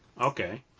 Okay